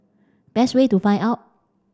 best way to find out